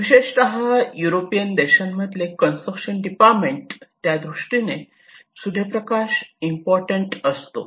विशेषतः युरोपियन देशांमधले construction department त्यादृष्टीने सूर्यप्रकाश इम्पॉर्टंट अस्पेक्ट असतो